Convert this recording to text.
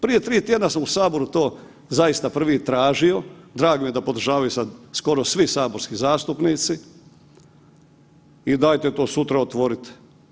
Prije tri tjedna sam u Saboru to zaista prvi tražio, drago mi je da podržavaju sada skoro svi saborski zastupnici i dajte to sutra otvorite.